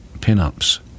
pin-ups